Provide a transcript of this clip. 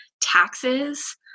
Taxes